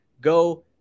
Go